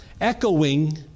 Echoing